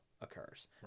occurs